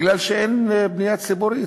בגלל שאין בנייה ציבורית.